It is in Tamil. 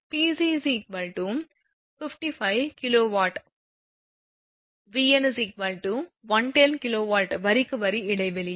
Pc 55 kW போது Vn 110 kV வரிக்கு வரிக்கு இடையில்